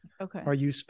Okay